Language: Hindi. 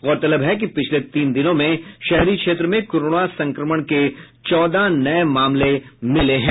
गौरतलब है कि पिछले तीन दिनों में शहरी क्षेत्र में कोरोना संक्रमण के चौदह नये मामले मिले हैं